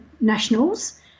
Nationals